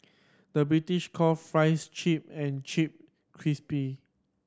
the British call fries chip and chip crispy